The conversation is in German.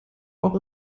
auch